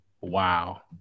Wow